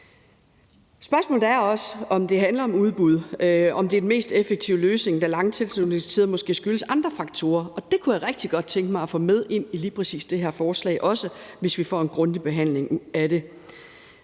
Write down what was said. Spørgsmålet er også, om udbud er den mest effektive løsning, da lange tilslutningstider måske skyldes andre faktorer, og det kunne jeg rigtig godt tænke mig også at få med ind i lige præcis det her forslag, hvis vi får en grundig behandling af det.